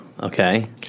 Okay